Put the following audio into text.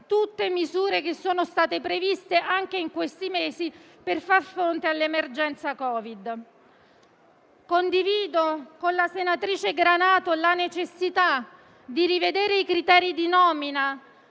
tutte misure che sono state previste anche in questi mesi per far fronte all'emergenza Covid-19. Condivido con la senatrice Granato la necessità di rivedere i criteri di nomina